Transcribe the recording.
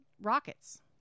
rockets